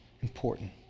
important